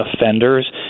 offenders